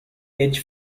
age